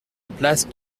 place